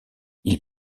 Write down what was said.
ils